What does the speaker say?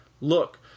look